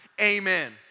Amen